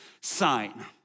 sign